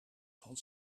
van